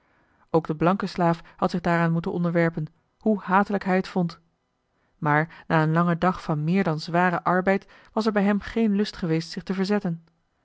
ook de blanke slaaf had zich daaraan moeten onderwerpen hoe hatelijk hij het vond maar na een langen dag van meer dan zwaren arbeid was er bij hem geen lust geweest zich te verzetten